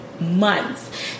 months